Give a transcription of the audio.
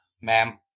ma'am